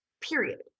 period